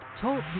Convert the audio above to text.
Talk